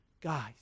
Guys